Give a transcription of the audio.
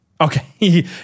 Okay